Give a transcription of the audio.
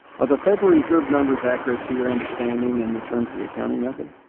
are the federal reserve numbers accurate, to your understanding, in the terms of the accounting method?